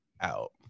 out